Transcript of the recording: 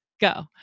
Go